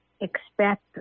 expect